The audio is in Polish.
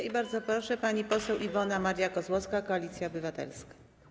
I bardzo proszę, pani poseł Iwona Maria Kozłowska, Koalicja Obywatelska.